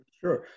Sure